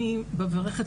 אני מברכת,